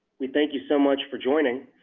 we thank you so much for joining,